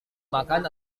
makan